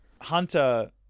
Hunter